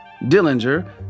Dillinger